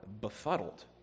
befuddled